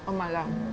oh malam